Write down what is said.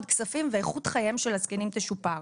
כספים ואיכות חייהם של הזקנים תשופר.